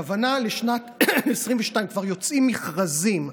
הכוונה לשנת 2022. כבר יוצאים מכרזים.